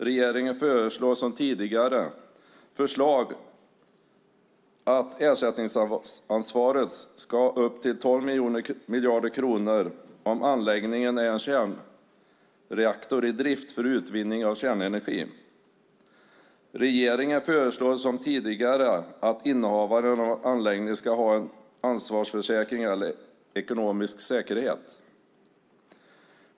Regeringen föreslår, som i tidigare förslag, att ersättningsansvaret ska vara upp till 12 miljarder kronor om anläggningen är en kärnreaktor i drift för utvinning av kärnenergi. Regeringen föreslår, som tidigare, att innehavaren av en anläggning ska ha en ansvarsförsäkring eller ekonomisk säkerhet.